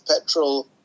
petrol